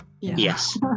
Yes